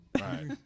Right